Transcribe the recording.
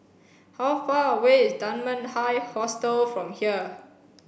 how far away is Dunman High Hostel from here